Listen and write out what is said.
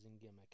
gimmick